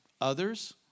others